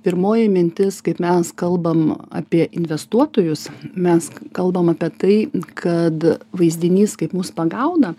pirmoji mintis kaip mes kalbam apie investuotojus mes kalbam apie tai kad vaizdinys kaip mus pagauna